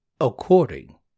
according